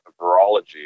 Virology